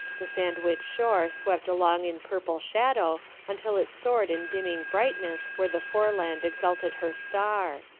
the sandwich shore swept along in purple shadow until it soared in dimming brightness where the foreland exalted her star.